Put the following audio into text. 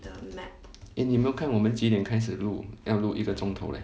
eh 你有没有看我们几点开始录要录一个钟头 leh